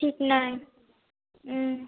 ঠিক নাই